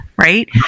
right